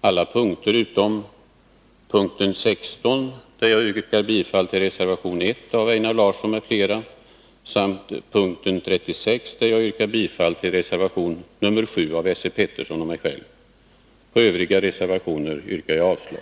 alla punkter utom punkten 16, där jag yrkar bifall till reservation 1 av Einar Larsson m.fl., samt punkten 36 där jag yrkar bifall till reservation 7 av Esse Petersson och mig själv. På övriga reservationer yrkar jag avslag.